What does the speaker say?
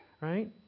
right